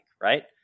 right